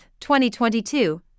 2022